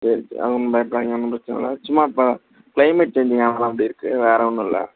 சரி சரி அது ஒன்றும் பயப்படாதிங்க ஒன்றும் பிரச்சினை இல்லை சும்மா இப்போ க்ளைமேட் சேஞ்சிங்க அதுதான் அப்படி இருக்குது வேற ஒன்றும் இல்ல